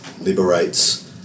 liberates